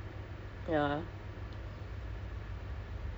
uh I think I prefer that seh kalau macam gitu cause like